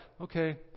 okay